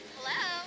Hello